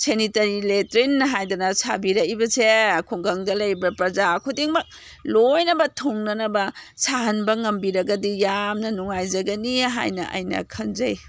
sanitary latrine ꯍꯥꯏꯗꯅ ꯁꯥꯕꯤꯔꯛꯏꯕꯁꯦ ꯈꯨꯡꯒꯪꯗ ꯂꯩꯕ ꯄ꯭ꯔꯖꯥ ꯈꯨꯗꯤꯡꯃꯛ ꯂꯣꯏꯅꯕꯛ ꯊꯨꯡꯅꯅꯕ ꯁꯥꯍꯟꯕ ꯉꯝꯕꯤꯔꯒꯗꯤ ꯌꯥꯝꯅ ꯅꯨꯡꯉꯥꯏꯖꯒꯅꯤ ꯍꯥꯏꯅ ꯑꯩꯅ ꯈꯟꯖꯩ